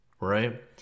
right